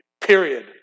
period